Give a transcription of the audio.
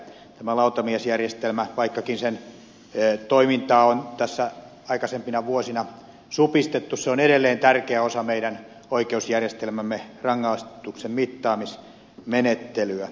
tämä lautamiesjärjestelmä vaikkakin sen toimintaa on tässä aikaisempina vuosina supistettu on edelleen tärkeä osa meidän oikeusjärjestelmämme rangaistuksen mittaamismenettelyä